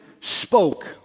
spoke